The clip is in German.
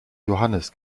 johannes